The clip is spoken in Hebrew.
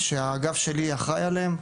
שהאגף שלי אחראי עליהן,